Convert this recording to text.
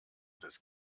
des